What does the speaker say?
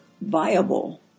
viable